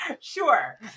Sure